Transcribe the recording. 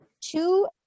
two